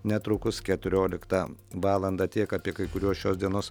netrukus keturioliktą valandą tiek apie kai kuriuos šios dienos